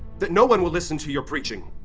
that no one will listen to your preaching.